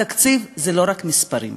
התקציב זה לא רק מספרים,